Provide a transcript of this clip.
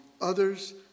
others